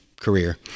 career